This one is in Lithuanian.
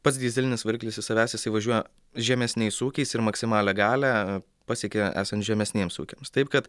pats dyzelinis variklis iš savęs jisai važiuoja žemesniais sūkiais ir maksimalią galią pasiekia esant žemesniems sūkiams taip kad